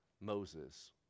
Moses